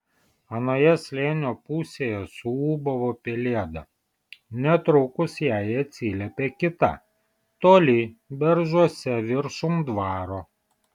anoje slėnio pusėje suūbavo pelėda netrukus jai atsiliepė kita toli beržuose viršum dvaro